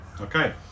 Okay